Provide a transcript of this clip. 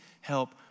help